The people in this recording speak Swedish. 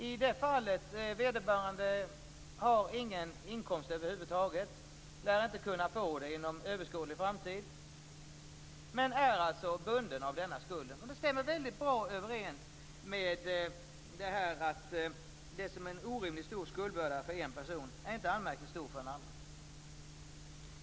I det fallet har vederbörande inte någon inkomst över huvud taget och lär inte kunna få det inom överskådlig framtid men är alltså bunden av skulden. Detta stämmer väldigt bra överens med det utskottet skriver, att det som är en orimligt stor skuldbörda för en person inte är anmärkningsvärt stor för en annan.